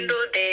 mm